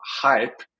hype